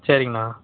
சரிங்கண்ணா